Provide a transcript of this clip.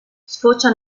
sfocia